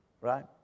right